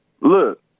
Look